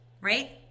right